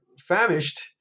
famished